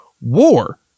war